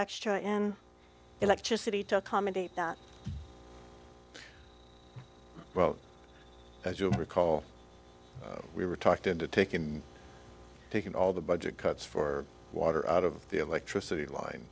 extra in electricity to accommodate that well as you'll recall we were talked into taking taking all the budget cuts for water out of the electricity line